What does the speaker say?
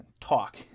Talk